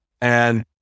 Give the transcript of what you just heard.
and-